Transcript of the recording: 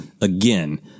again